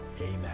Amen